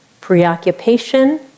preoccupation